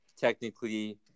technically